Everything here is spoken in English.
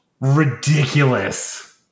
ridiculous